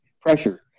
pressure